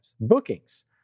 bookings